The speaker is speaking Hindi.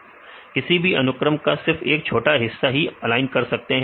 सही है किसी भी अनुक्रम का सिर्फ एक छोटा हिस्सा ही ऑलाइन कर सकते हैं